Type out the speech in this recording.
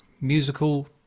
musical